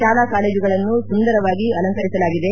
ಶಾಲಾ ಕಾಲೇಜುಗಳನ್ನು ಸುಂದರವಾಗಿ ಅಲಂಕರಿಸಲಾಗಿದೆ